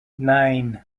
nine